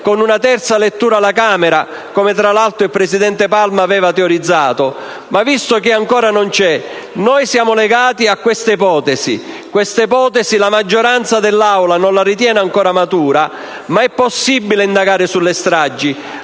con una terza lettura alla Camera, come teorizzato tra l'altro dal presidente Palma. Ma visto che ancora non c'è, noi siamo legati a questa ipotesi, che la maggioranza dell'Aula non ritiene ancora matura. Ma è possibile indagare sulle stragi: